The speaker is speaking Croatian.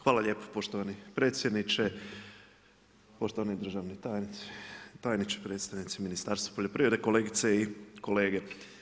Hvala lijepo poštovani predsjedniče, poštovani državni tajniče, predstavnici Ministarstva poljoprivrede, kolegice i kolege.